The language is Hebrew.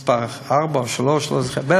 זה מספר 3 או 4, אני לא זוכר.